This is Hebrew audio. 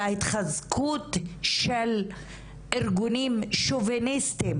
על ההתחזקות של ארגונים שוביניסטים